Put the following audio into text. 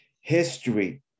History